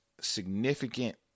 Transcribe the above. significant